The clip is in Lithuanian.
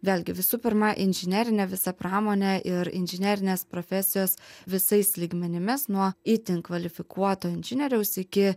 vėlgi visų pirma inžinerinė visa pramonė ir inžinerinės profesijos visais lygmenimis nuo itin kvalifikuoto inžinieriaus iki